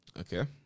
Okay